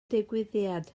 digwyddiad